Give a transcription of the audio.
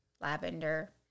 lavender